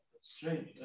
Strange